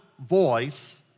voice